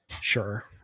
Sure